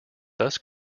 thus